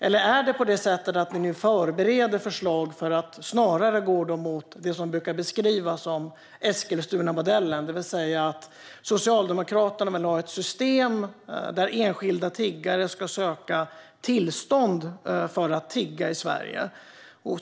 Eller är det snarare så att ni förbereder förslag för att gå mot det som brukar beskrivas som Eskilstunamodellen, det vill säga att Socialdemokraterna vill ha ett system där enskilda tiggare ska söka tillstånd för att tigga i Sverige?